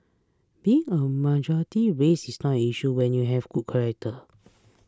being a majority race is not an issue when you have good character